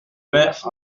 mets